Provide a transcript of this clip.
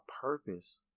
purpose